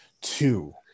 two